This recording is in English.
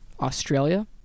Australia